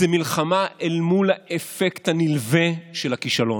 זו מלחמה אל מול האפקט הנלווה של הכישלון.